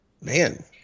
man